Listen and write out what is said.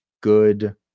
good